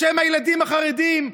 בשם הילדים החרדים,